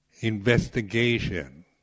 investigation